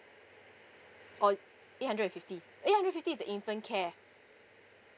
oh eight hundred and fifty eight hundred fifty is the infant care